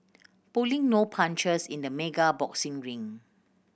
pulling no punches in the mega boxing ring